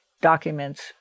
documents